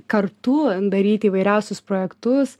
kartu daryti įvairiausius projektus